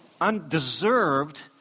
undeserved